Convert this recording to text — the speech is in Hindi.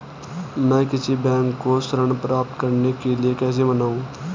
मैं किसी बैंक को ऋण प्राप्त करने के लिए कैसे मनाऊं?